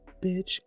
bitch